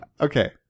Okay